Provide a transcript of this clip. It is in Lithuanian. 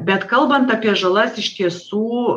bet kalbant apie žalas iš tiesų